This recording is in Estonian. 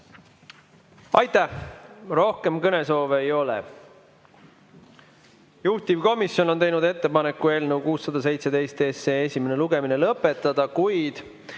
Aitäh! Rohkem kõnesoove ei ole. Juhtivkomisjon on teinud ettepaneku eelnõu 617 esimene lugemine lõpetada, kuid